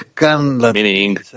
Meaning